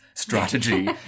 Strategy